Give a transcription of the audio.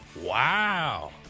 Wow